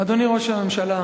אדוני ראש הממשלה,